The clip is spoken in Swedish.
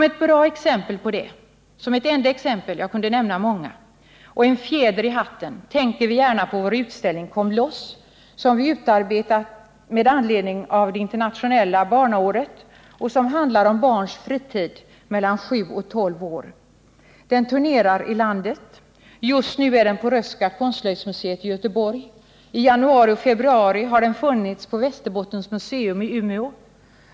Ett enda exempel på detta — jag kunde nämna många — och en fjäder i hatten är vår utställning Kom loss!, som vi utarbetat med anledning av det internationella barnåret och som handlar om fritiden för barn mellan 7 och 12 år. Den turnerar i landet. Just nu är den på Röhsska konstslöjdmuseet i Göteborg. I januari och februari var den på Västerbottens museum i Umeå.